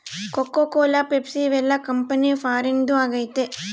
cocoa Cola Pepsi ಇವೆಲ್ಲ company ಫಾರಿನ್ದು ಆಗೈತೆ